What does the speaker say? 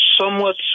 somewhat